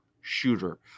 shooter